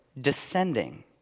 descending